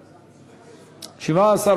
על הצעת חוק הפיקוח על צעצועים מסוכנים,